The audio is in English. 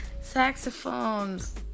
Saxophones